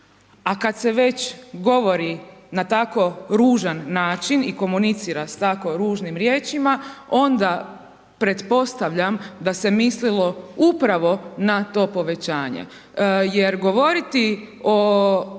a kad se već govori na tako ružan način i komunicira sa tako ružnim riječima, onda pretpostavljam da se mislilo upravo na to povećanje, jer govoriti o